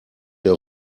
der